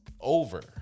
over